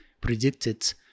predicted